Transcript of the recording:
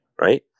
right